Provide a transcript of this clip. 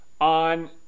on